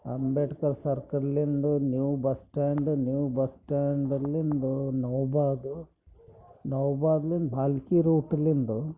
ಅಂಬೇಡ್ಕರ್ ಸರ್ಕಲ್ಲಿಂದ new bus stand new bus ಸ್ಟ್ಯಾಂಡಲ್ಲಿಂದ ನವಬಾದು ನವಬಾದ್ಲಿಂದ ಭಾಲ್ಕಿ ರೂಟಲಿಂದು